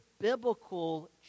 biblical